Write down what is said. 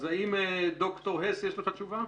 האם לד"ר הס יש את התשובה?